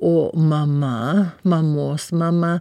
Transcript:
o mama mamos mama